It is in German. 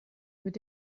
mit